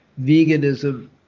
veganism